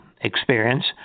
experience